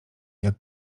jak